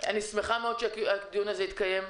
אני שמחה מאוד שהדיון הזה התקיים.